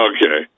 Okay